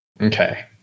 Okay